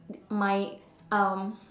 my um